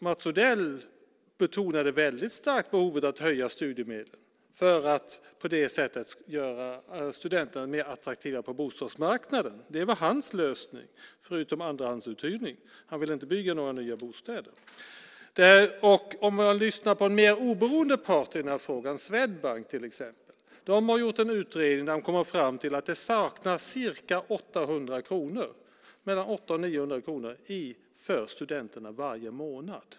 Mats Odell betonade väldigt starkt behovet av att höja studiemedlen för att på det sättet göra studenterna mer attraktiva på bostadsmarknaden. Det var hans lösning, förutom andrahandsuthyrning. Han ville inte bygga några nya bostäder. Man kan också lyssna på en mer oberoende part i den här frågan, till exempel Swedbank. Swedbank har gjort en utredning där man kommit fram till att det saknas mellan 800 och 900 kronor för studenterna varje månad.